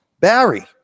Barry